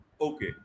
Okay